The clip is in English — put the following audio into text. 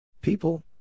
People